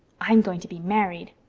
i'm going to be married.